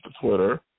Twitter